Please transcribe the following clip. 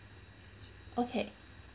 okay